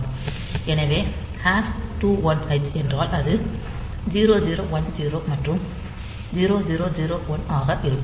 எனவே 21h என்றால் அது 0 0 1 0 மற்றும் 0 0 0 1 ஆக இருக்கும்